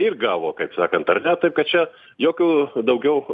ir gavo kaip sakant ar ne taip kad čia jokių daugiau